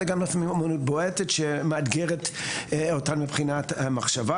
אלא גם אמנות שהיא בועטת שמאתגרת אותנו מבחינת המחשבה